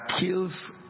kills